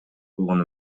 болгон